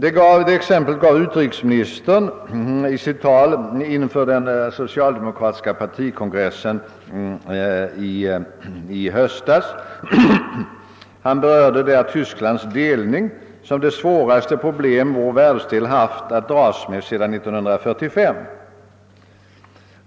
Exemplet gav utrikesministern i sitt tal inför den socialdemokratiska partikongressen i höstas. Han talade om Tysklands delning »som det svåraste problem vår världsdel haft att dras med under tiden sedan 1945».